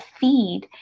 feed